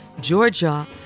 Georgia